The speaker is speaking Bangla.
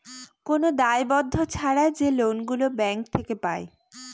কোন দায়বদ্ধ ছাড়া যে লোন গুলো ব্যাঙ্ক থেকে পায়